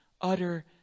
utter